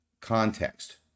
context